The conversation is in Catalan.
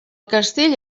castell